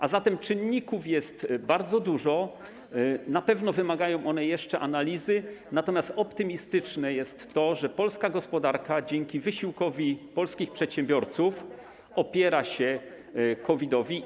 A zatem czynników jest bardzo dużo, na pewno wymagają one jeszcze analizy, natomiast optymistyczne jest to, że polska gospodarka dzięki wysiłkowi polskich przedsiębiorców opiera się COVID-owi.